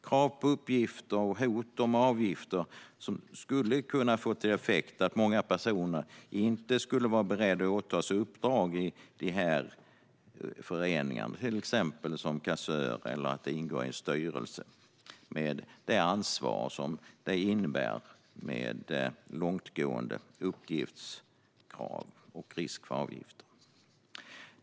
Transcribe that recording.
Krav på uppgifter och hot om avgifter skulle kunna få som effekt att många personer inte skulle vara beredda att åta sig uppdrag i dessa föreningar, till exempel som kassör eller att ingå i en styrelse med det ansvar som det innebär med långtgående uppgiftskrav och risk för avgift.